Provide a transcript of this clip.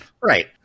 Right